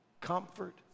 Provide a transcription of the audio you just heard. comfort